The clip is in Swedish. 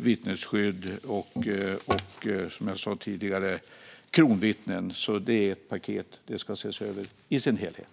vittnesskydd och kronvittnen, som jag sa tidigare, är det ett paket. Det ska ses över i sin helhet.